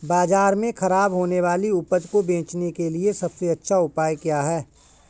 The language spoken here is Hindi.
बाज़ार में खराब होने वाली उपज को बेचने के लिए सबसे अच्छा उपाय क्या हैं?